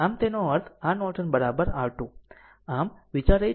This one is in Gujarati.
આમ તેનો અર્થ R નોર્ટન R2